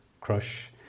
crush